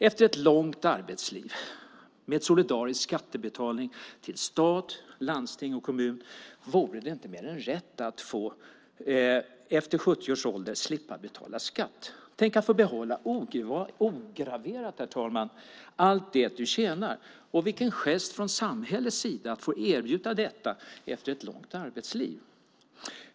Efter ett långt arbetsliv med solidarisk skattebetalning till stat, landsting och kommun vore det inte mer än rätt att vid arbete efter 70 års ålder slippa betala skatt. Tänk att få behålla, ograverat, allt det du tjänar. Och vilken gest det vore från samhällets sida att erbjuda detta efter ett långt arbetsliv!